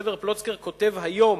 סבר פלוצקר כותב היום: